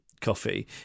coffee